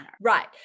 Right